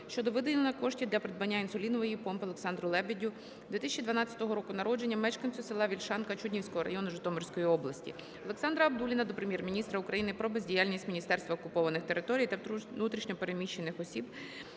щодо виділення коштів для придбання інсулінової помпи Олександру Лебідю 2012 року народження, мешканцю села Вільшанка Чуднівського району, Житомирської області. Олександра Абдулліна до Прем'єр-міністра України про бездіяльність Міністерства окупованих територій та внутрішньо переміщених осіб,